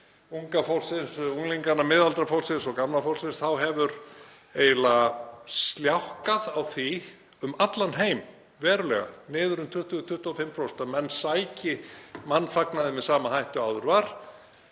unga fólksins, unglinganna, miðaldra fólksins og gamla fólksins, að það hefur eiginlega sljákkað á því um allan heim, verulega, farið niður um 20–25%, að menn sæki mannfagnaði með sama hætti og áður var;